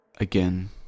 Again